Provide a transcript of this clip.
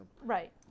right